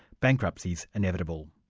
bankruptcy is inevitable.